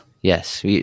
Yes